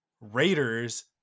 raiders